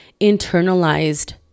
internalized